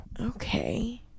okay